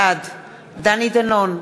בעד דני דנון,